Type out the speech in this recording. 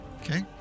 Okay